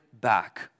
back